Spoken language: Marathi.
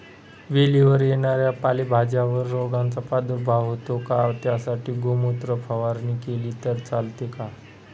वेलीवर येणाऱ्या पालेभाज्यांवर रोगाचा प्रादुर्भाव होतो का? त्यासाठी गोमूत्र फवारणी केली तर चालते का?